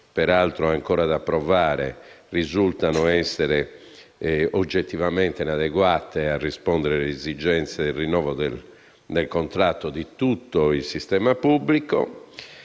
peraltro ancora da approvare, risultano essere oggettivamente inadeguate a rispondere alle esigenze del rinnovo del contratto di tutto il sistema pubblico.